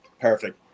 perfect